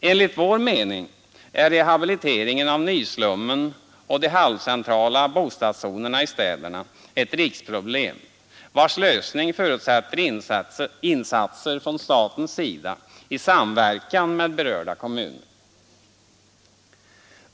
Enligt vår mening är rehabiliteringen av nyslummen och de halvcentrala bostadszonerna i städerna ett riksproblem, vars lösning förutsätter insatser från statens sida i samverkan med berörda kommuner.